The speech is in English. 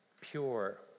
pure